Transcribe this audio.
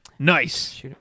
Nice